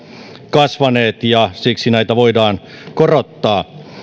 kasvaneet ja siksi näitä voidaan korottaa